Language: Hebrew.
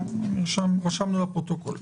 רשמנו לפרוטוקול.